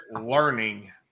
learning